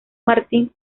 martín